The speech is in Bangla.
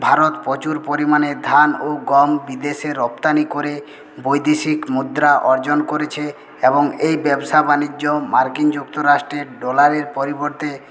ভারত প্রচুর পরিমাণে ধান ও গম বিদেশে রপ্তানি করে বৈদেশিক মুদ্রা অর্জন করেছে এবং এই ব্যবসা বাণিজ্য মার্কিন যুক্তরাষ্ট্রের ডলারের পরিবর্তে